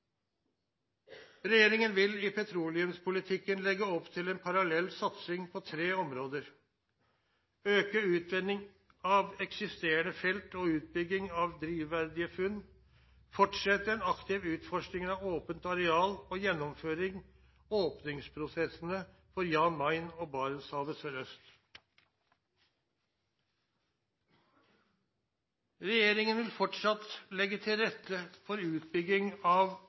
Regjeringen vil i petroleumspolitikken legge opp til en parallell satsing på tre områder – øke utvinningen fra eksisterende felt og utbygging av drivverdige funn, fortsette en aktiv utforskning av åpnet areal og gjennomføre åpningsprosessene for Jan Mayen og Barentshavet sørøst. Regjeringen vil fortsatt legge til rette for utbygging av